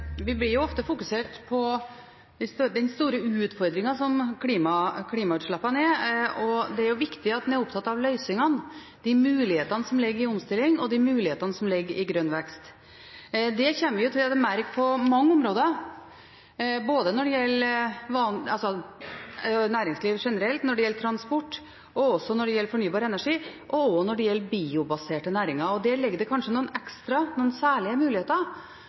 Det er viktig at en er opptatt av løsningene, mulighetene som ligger i omstilling og mulighetene som ligger i grønn vekst. Det kommer vi til å merke på mange områder når det gjelder næringslivet generelt, når det gjelder transport, når det gjelder fornybar energi og også når det gjelder biobaserte næringer. Der ligger det kanskje noen ekstra